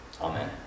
Amen